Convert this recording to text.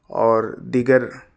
اور دیگر